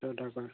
তাৰ পৰা